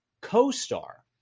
co-star